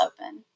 open